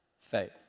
faith